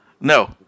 no